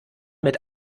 mit